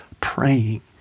praying